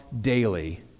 daily